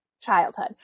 childhood